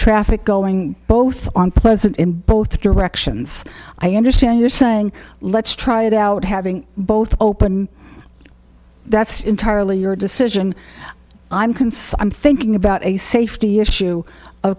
traffic going both unpleasant in both directions i understand you're saying let's try it out having both open that's entirely your decision i'm concerned i'm thinking about a safety issue o